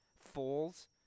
falls